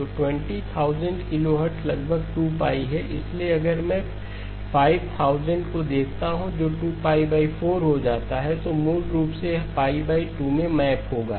तो 20000 किलोहर्ट्ज़ लगभग 2 π है इसलिए अगर मैं 5000 को देखता हूं जो 24 हो जाता है तो मूल रूप से यह 2 में मैप होगा